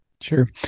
Sure